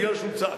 בגלל שהוא צעק,